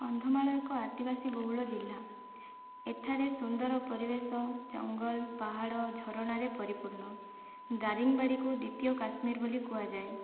କନ୍ଧମାଳ ଏକ ଆଦିବାସୀ ବହୁଳ ଜିଲ୍ଲା ଏଠାରେ ସୁନ୍ଦର ପରିବେଶ ଜଙ୍ଗଲ ପାହାଡ଼ ଝରଣାରେ ପରିପୂର୍ଣ ଦାରିଙ୍ଗବାଡ଼ି କୁ ଦ୍ୱିତୀୟ କାଶ୍ମୀର ବୋଲି କୁହାଯାଏ